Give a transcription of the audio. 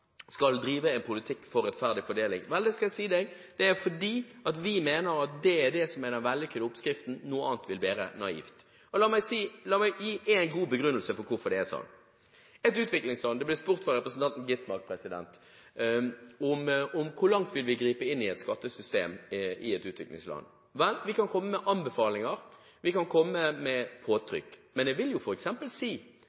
skal drive en politikk for rettferdig fordeling? Vel, det skal jeg si ham. Det er fordi vi mener at det er det som er den vellykkede oppskriften. Noe annet vil være naivt. La meg gi én god begrunnelse for hvorfor det er sånn. Representanten Skovholt Gitmark spurte hvor langt vi vil gripe inn i et skattesystem i et utviklingsland. Vel, vi kan komme med anbefalinger, vi kan komme med